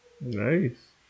Nice